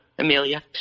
Amelia